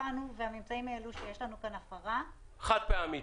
בחנו והממצאים העלו שיש לנו כאן הפרה --- חד פעמית,